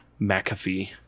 McAfee